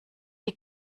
die